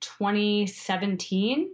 2017